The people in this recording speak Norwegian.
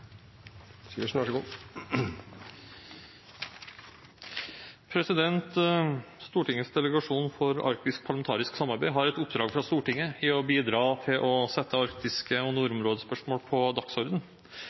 Stortingets delegasjon for arktisk parlamentarisk samarbeid har et oppdrag fra Stortinget i å bidra til å sette arktiske spørsmål og